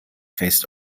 faced